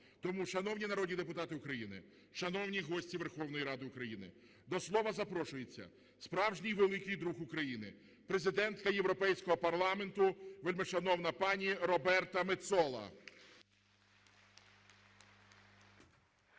Тому, шановні народні депутати України, шановні гості Верховної Ради України, до слова запрошується справжній великий друг України – президентка Європейського парламенту вельмишановна пані Роберта Мецола.